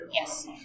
Yes